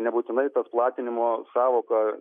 nebūtinai tas platinimo sąvoka